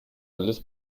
alles